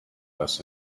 thus